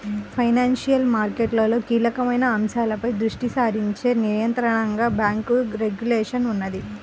financial మార్కెట్లలో కీలకమైన అంశాలపై దృష్టి సారించే నియంత్రణగా బ్యేంకు రెగ్యులేషన్ ఉన్నది